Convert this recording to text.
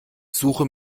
suche